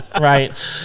right